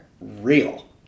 real